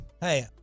Hey